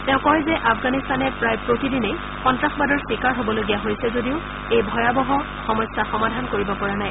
তেওঁ কয় যে আফাগনিস্তানে প্ৰায় প্ৰতিদিনেই সন্তাসবাদৰ চিকাৰ হবলগীয়া হৈছে যদিও এই ভয়াবহ সমস্যা সমাধান কৰিব পৰা নাই